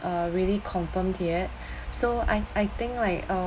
uh really confirmed yet so I I think like uh